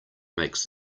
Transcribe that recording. makes